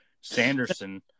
Sanderson